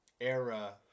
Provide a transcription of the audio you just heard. era